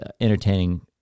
entertaining